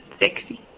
sexy